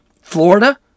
Florida